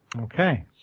Okay